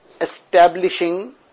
Establishing